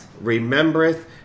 Remembereth